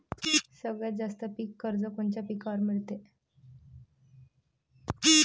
सगळ्यात जास्त पीक कर्ज कोनच्या पिकावर मिळते?